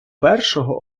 першого